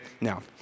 Now